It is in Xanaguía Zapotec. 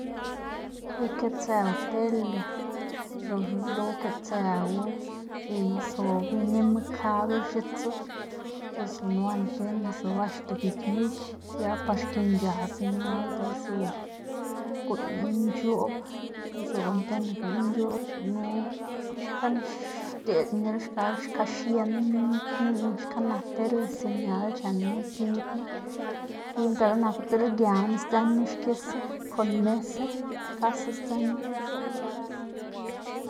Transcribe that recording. ikëtsëw tele loxna uyelo ukëtsëwu sob inima kabl x̱itsu o si no antena sob axta gik yu sia par xkinc̲h̲a señal diꞌl zob guꞌn nc̲h̲oꞌb, diꞌl zob antena guꞌn nc̲h̲oꞌb, gunu xka xdeꞌdná gilxkab xka xiendná xka nak tele señal chenu kibma dele naku diꞌl gia nak sdzënu xkisa, kon mesa xkasa sdzënu.